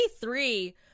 three